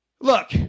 look